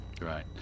right